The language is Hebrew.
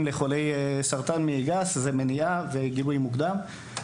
לחולי סרטן מעי גס זה מניעה וגילוי מוקדם,